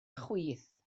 chwith